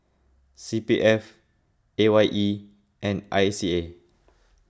C P F A Y E and I C A